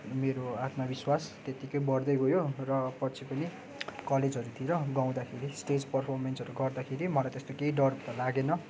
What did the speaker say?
मेरो आत्मविश्वास त्यत्तिकै बढ्दै गयो र पछि पनि कलेजहरूतिर गाउँदाखेरि स्टेज पर्फर्मेन्सहरू गर्दाखेरि मलाई त्यस्तो केही डर त लागेन